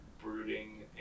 brooding